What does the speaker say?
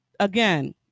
Again